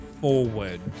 forward